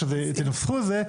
איך שתנסחו את זה,